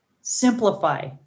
Simplify